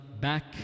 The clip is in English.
back